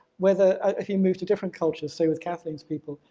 whether if you move to different cultures, so with kathleen's people,